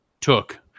took